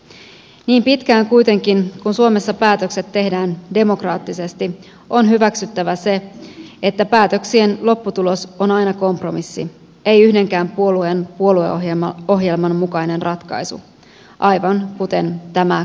kuitenkin niin pitkään kun suomessa päätökset tehdään demokraattisesti on hyväksyttävä se että päätöksien lopputulos on aina kompromissi ei yhdenkään puolueen puolueohjelman mukainen ratkaisu aivan kuten tämä kehyspäätöskin